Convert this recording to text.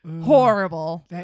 horrible